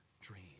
dream